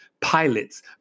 Pilots